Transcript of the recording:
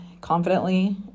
confidently